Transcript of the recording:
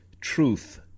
truth